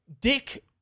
dick